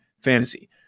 Fantasy